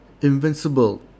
Invincible